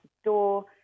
store